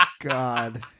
God